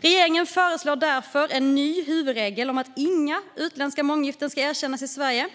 Regeringen föreslår därför en ny huvudregel om att inga utländska månggiften ska erkännas i Sverige.